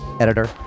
editor